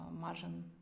margin